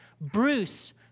Bruce